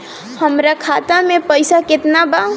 हमरा खाता में पइसा केतना बा?